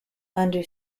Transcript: under